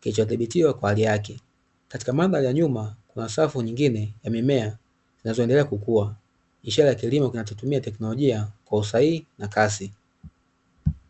kilichodhibitiwa kwa hali yake ,katika mambo ya nyuma kuna safu nyingine ya mimea zinazoendelea kukua ishara ya kilimo kinachotumia teknolojia kwa usahihi na kasi.